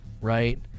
right